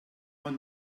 man